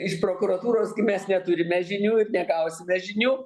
iš prokuratūros gi mes neturime žinių ir negausime žinių